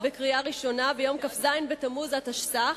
בקריאה ראשונה ביום כ"ז בתמוז התשס"ח.